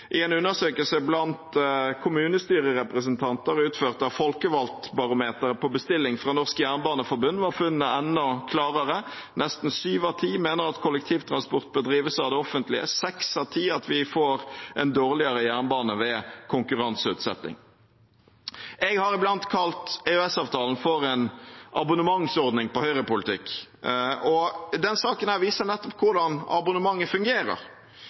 I en undersøkelse blant kommunestyrerepresentanter, utført av Folkevalgtbarometeret på bestilling fra Norsk Jernbaneforbund, var funnene enda klarere. Nesten syv av ti mener at kollektivtransport bør drives av det offentlige, seks av ti mener at vi får en dårligere jernbane ved konkurranseutsetting. Jeg har iblant kalt EØS-avtalen for en abonnementsordning på høyrepolitikk, og denne saken viser nettopp hvordan abonnementet fungerer.